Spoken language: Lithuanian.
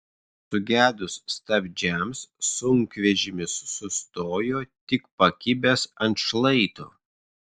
sugedus stabdžiams sunkvežimis sustojo tik pakibęs ant šlaito